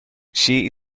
she